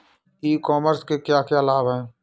ई commerce के क्या क्या लाभ हैं?